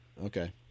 Okay